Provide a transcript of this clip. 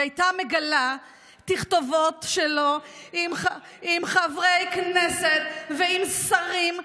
היא הייתה מגלה תכתובות שלו עם חברי כנסת ועם שרים,